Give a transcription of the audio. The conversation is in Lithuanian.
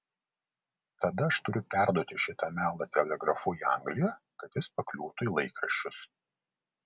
tada aš turiu perduoti šitą melą telegrafu į angliją kad jis pakliūtų į laikraščius